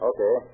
Okay